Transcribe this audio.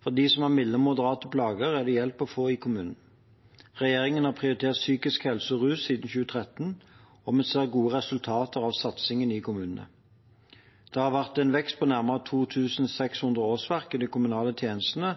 For dem som har milde og moderate plager, er det hjelp å få i kommunen. Regjeringen har prioritert psykisk helse og rus siden 2013, og vi ser gode resultater av satsingen i kommunene. Det har vært en vekst på nærmere 2 600 årsverk i de kommunale tjenestene